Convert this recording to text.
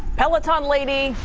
hello tom lady,